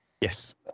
Yes